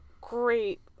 Great